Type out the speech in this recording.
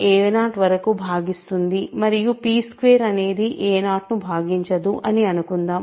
a0వరకు భాగిస్తుంది మరియు p2 అనేది a0 ను భాగించదు అని అనుకుందాం